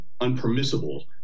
unpermissible